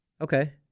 Okay